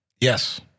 Yes